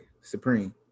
Supreme